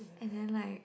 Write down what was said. and then like